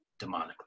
demonically